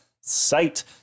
sight